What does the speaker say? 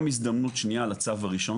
גם הזדמנות שניה על הצו הראשון,